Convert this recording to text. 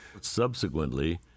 Subsequently